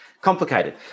complicated